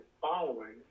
following